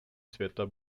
světa